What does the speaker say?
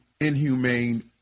inhumane